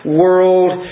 world